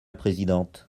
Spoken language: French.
présidente